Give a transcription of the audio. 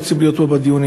רוצים להיות פה בדיונים.